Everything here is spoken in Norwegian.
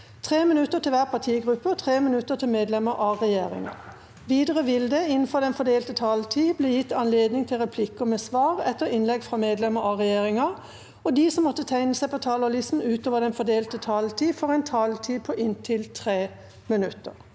3 minutter til hver partigruppe og 3 minutter til medlemmer av regjeringa. Videre vil det – innenfor den fordelte taletid – bli gitt anledning til replikker med svar etter innlegg fra medlemmer av regjeringa, og de som måtte tegne seg på talerlista utover den fordelte taletid, får også en taletid på inntil 3 minutter.